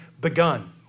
begun